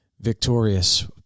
victorious